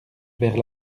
vers